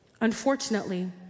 Unfortunately